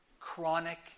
chronic